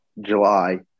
July